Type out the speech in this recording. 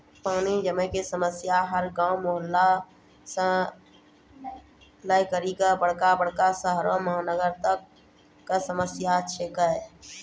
पानी जमै कॅ समस्या हर गांव, मुहल्ला सॅ लै करिकॅ बड़का बड़का शहरो महानगरों तक कॅ समस्या छै के